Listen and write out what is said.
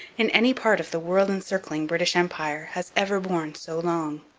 in any part of the world-encircling british empire, has ever borne so long.